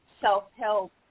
self-help